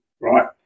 Right